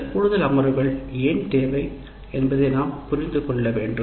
இந்த கூடுதல் அமர்வுகள் ஏன் தேவை என்பதை நாம் புரிந்து கொள்ள வேண்டும்